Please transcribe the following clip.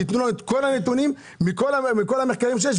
צריך לתת לנו את הנתונים מכל המחקרים שיש,